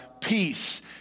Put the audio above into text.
peace